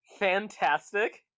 Fantastic